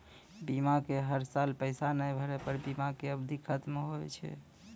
बीमा के हर साल पैसा ना भरे पर बीमा के अवधि खत्म हो हाव हाय?